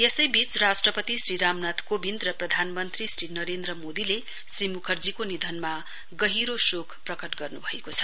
यसैवीच राष्ट्रपति श्री रामनाथ कोविन्द र प्रदानमन्त्री श्री नरेन्द्र मोदीले श्री मुकर्जीको निधनमा गहिरो शोक प्रकट गर्नुभएको छ